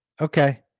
Okay